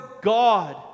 God